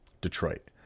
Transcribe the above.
Detroit